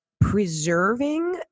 preserving